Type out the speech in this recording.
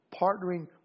partnering